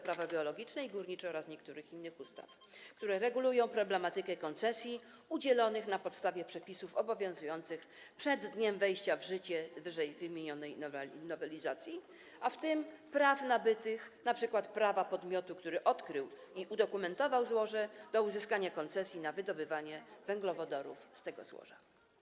Prawo geologiczne i górnicze oraz niektórych innych ustaw, które regulują problematykę koncesji udzielonych na podstawie przepisów obowiązujących przed dniem wejścia w życie ww. nowelizacji, w tym praw nabytych, np. prawa podmiotu, który odkrył i udokumentował złoże, do uzyskania koncesji na wydobywanie węglowodorów z tego złoża.